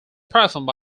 performed